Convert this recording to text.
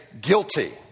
guilty